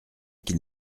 qu’il